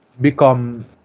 become